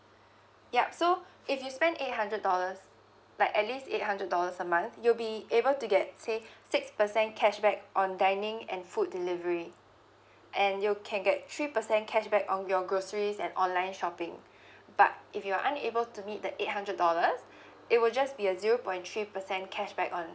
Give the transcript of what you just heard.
yup so if you spend eight hundred dollars like at least eight hundred dollars a month you'll be able to get say six percent cashback on dining and food delivery and you can get three percent cashback on your groceries and online shopping but if you are unable to meet the eight hundred dollars it will just be a zero point three percent cashback on